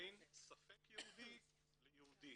בין ספק יהודי ליהודי.